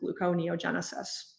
gluconeogenesis